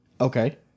Okay